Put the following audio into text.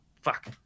Fuck